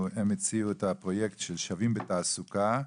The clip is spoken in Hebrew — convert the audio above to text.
הם שותפים לפרויקט של "שווים בתעסוקה".